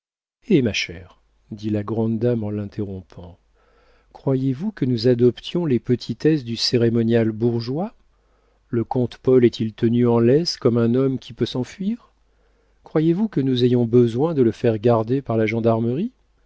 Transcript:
hé ma chère dit la grande dame en l'interrompant croyez-vous que nous adoptions les petitesses du cérémonial bourgeois le comte paul est il tenu en laisse comme un homme qui peut s'enfuir croyez-vous que nous ayons besoin de le faire garder par la gendarmerie